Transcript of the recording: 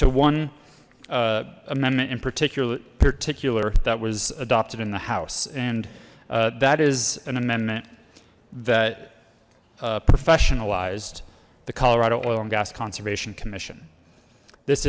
to one amendment in particular particular that was adopted in the house and that is an amendment that professionalized the colorado oil and gas conservation commission this